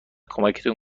کمکتون